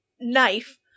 knife